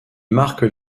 marquent